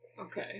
Okay